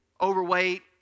overweight